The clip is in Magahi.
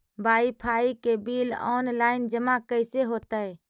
बाइफाइ के बिल औनलाइन जमा कैसे होतै?